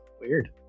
Weird